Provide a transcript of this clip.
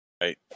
Right